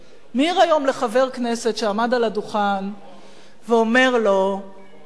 מעיר היום לחבר כנסת שעמד על הדוכן ואומר לו אני,